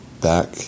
back